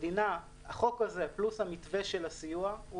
החוק הזה פלוס המתווה של הסיוע הוא